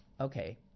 okay